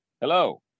Hello